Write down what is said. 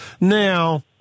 Now